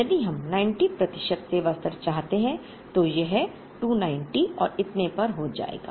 यदि हम 90 प्रतिशत सेवा स्तर चाहते हैं तो यह 290 और इतने पर हो जाएगा